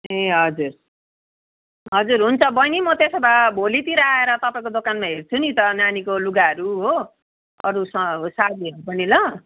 ए हजुर हजुर हुन्छ बहिनी म त त्यसो भए भोलितिर आएर तपाईँको दोकानमा हेर्छु नि त नानीको लुगाहरू हो अरू स साडीहरू पनि ल